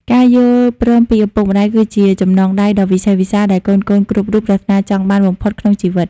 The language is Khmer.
ការយល់ព្រមពីឪពុកម្ដាយគឺជាចំណងដៃដ៏វិសេសវិសាល ដែលកូនៗគ្រប់រូបប្រាថ្នាចង់បានបំផុតក្នុងជីវិត។